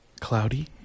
cloudy